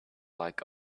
like